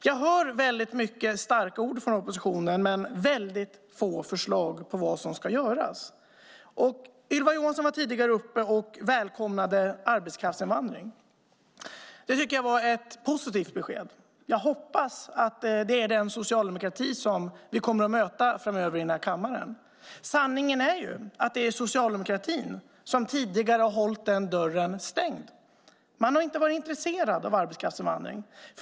Jag hör många starka ord från oppositionen men få förslag om vad som ska göras. Ylva Johansson välkomnade här arbetskraftsinvandring. Det tycker jag var ett positivt besked. Jag hoppas att det är den socialdemokrati som vi kommer att möta framöver i denna kammare. Sanningen är att det är socialdemokratin som tidigare har hållit den dörren stängd. Man har inte varit intresserad av arbetskraftsinvandring.